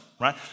right